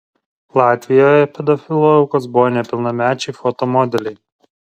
latvijoje pedofilų aukos buvo nepilnamečiai foto modeliai